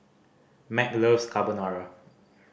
Mack loves Carbonara